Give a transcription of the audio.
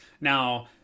Now